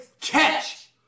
Catch